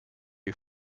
you